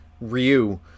Ryu